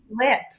lip